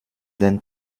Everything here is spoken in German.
den